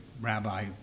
rabbi